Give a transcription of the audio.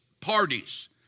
parties